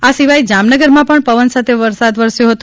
આ સિવાય જામનગરમાં પણ પવન સાથે વરસ્યો હતો